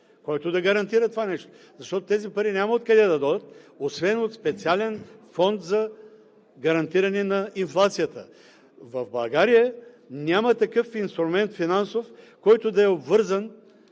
който да гарантира това нещо. Защото тези пари няма откъде да дойдат, освен от специален фонд за гарантиране на инфлацията. В България няма такъв финансов инструмент, който да е обвързан